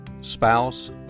spouse